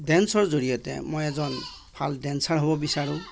ডেঞ্চৰ জৰিয়তে মই এজন ভাল ডেঞ্চাৰ হ'ব বিচাৰোঁ